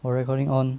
我 recording on